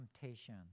temptation